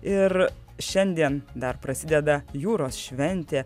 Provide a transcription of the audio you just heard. ir šiandien dar prasideda jūros šventė